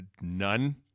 None